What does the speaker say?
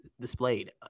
displayed